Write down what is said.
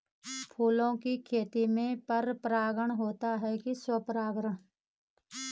फूलों की खेती में पर परागण होता है कि स्वपरागण?